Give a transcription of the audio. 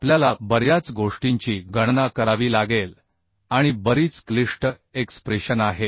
आपल्याला बर्याच गोष्टींची गणना करावी लागेल आणि बरीच क्लिष्ट एक्सप्रेशन आहेत